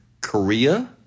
Korea